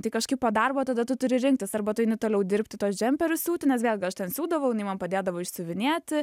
tai kažkaip po darbo tada tu turi rinktis arba tu eini toliau dirbti tuos džemperius siūti nes vėlgi aš ten siūdavau jinai man padėdavo išsiuvinėti